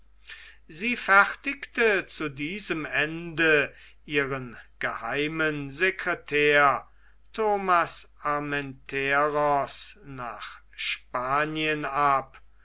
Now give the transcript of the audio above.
sie fertigte zu diesem ende ihren geheimen secretär thomas armenteros nach spanien ab